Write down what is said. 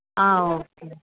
ah okay ma'am